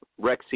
Rexy